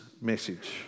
message